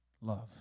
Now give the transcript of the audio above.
love